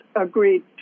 agreed